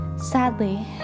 Sadly